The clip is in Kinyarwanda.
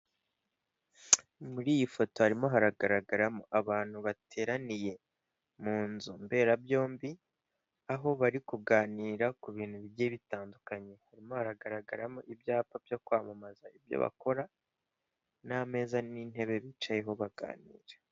Muri iyi foto harimo haragaragaramo abantu bateraniye mu nzu mberabyombi, aho bari kuganira ku bintu bigiye bitandukanye, harimo hagaragaramo ibyapa byo kwamamaza ibyo bakora n'ameza n'intebe bicayeho baganira.